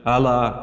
Allah